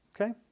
Okay